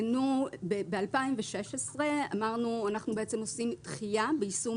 ב-2016 אמרנו שאנחנו עושים דחייה ביישום